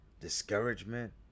discouragement